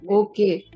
okay